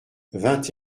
vingt